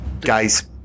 guys